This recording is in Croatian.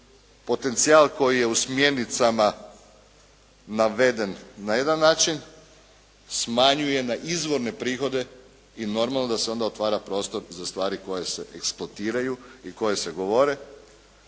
potencijal koji je u smjernicama naveden na jedan način smanjuje na izvorne prihode i normalno da se onda otvara prostor za stvari koje se eksploatiraj i koje se govore.